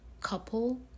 couple